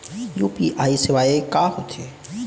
UPI सेवाएं का होथे?